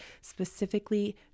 specifically